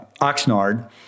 Oxnard